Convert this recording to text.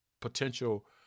potential